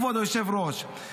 כבוד היושב-ראש,